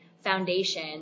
foundation